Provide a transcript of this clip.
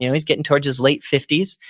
yeah he's getting towards his late fifty s.